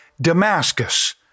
Damascus